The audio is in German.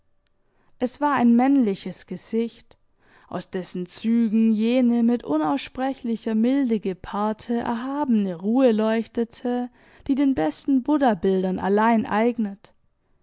es war ein männliches gesicht aus dessen zügen jene mit unaussprechlicher milde gepaarte erhabene ruhe leuchtete die den besten buddhabildern allein eignet